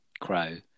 Crow